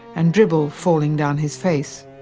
and dribble falling down his face.